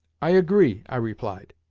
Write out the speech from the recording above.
i agree, i replied.